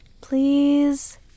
Please